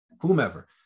whomever